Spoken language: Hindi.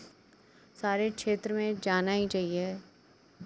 सारे क्षेत्र में जाना ही चाहिए